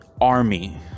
army